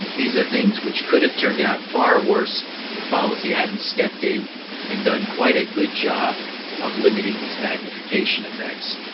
these are things which could have turned out far worse if policy hadn't stepped in and done quite a good job of limiting these magnification effects.